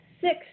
Six